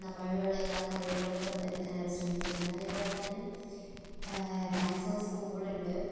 നമ്മളിൽ ഉള്ള എല്ലാ കഴിവുകളും പുറത്ത് എടുക്കാൻ അവർ ശ്രമിക്കുന്നുണ്ട് അതുപോലെ തന്നെ ഡാൻസ് ഓഫ് സ്കൂൾ ഉണ്ട്